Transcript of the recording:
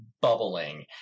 bubbling